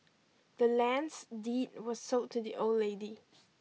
the land's deed was sold to the old lady